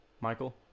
Michael